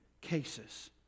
cases